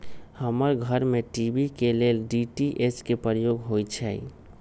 हमर घर में टी.वी के लेल डी.टी.एच के प्रयोग होइ छै